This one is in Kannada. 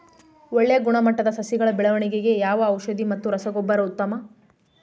ಒಳ್ಳೆ ಗುಣಮಟ್ಟದ ಸಸಿಗಳ ಬೆಳವಣೆಗೆಗೆ ಯಾವ ಔಷಧಿ ಮತ್ತು ರಸಗೊಬ್ಬರ ಉತ್ತಮ?